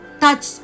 touch